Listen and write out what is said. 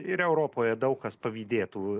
ir europoje daug kas pavydėtų